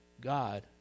God